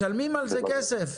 משלמים על זה כסף.